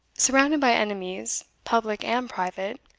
surrounded by enemies, public and private,